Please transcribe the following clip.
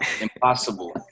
impossible